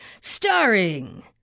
Starring